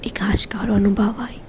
એક હાશકારો અનુભવાય